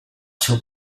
seu